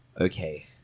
okay